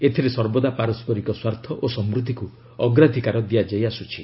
ଏଥିରେ ସର୍ବଦା ପାରସ୍କରିକ ସ୍ୱାର୍ଥ ଓ ସମୃଦ୍ଧିକୁ ଅଗ୍ରାଧିକାର ଦିଆଯାଇ ଆସୁଛି